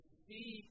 see